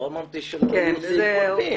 לא אמרתי שלא היו נושאים קודמים.